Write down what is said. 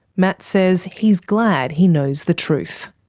matt says he's glad he knows the truth.